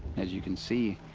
as you can see.